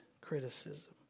criticism